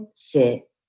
fit